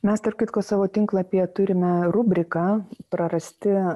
mes tarp kitko savo tinklapyje turime rubriką prarasti